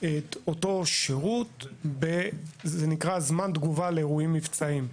את אותו שירות ב"זמן תגובה לאירועים מבצעיים",